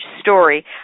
story